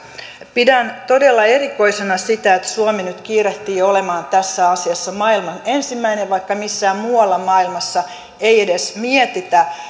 pidän todella erikoisena sitä että suomi nyt kiirehtii olemaan tässä asiassa maailman ensimmäinen vaikka missään muualla maailmassa ei edes mietitä